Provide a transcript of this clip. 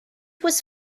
was